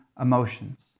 emotions